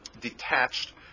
detached